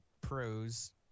Pros